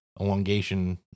elongation